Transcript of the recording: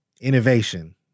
innovation